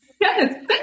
Yes